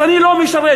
אז אני לא משרת,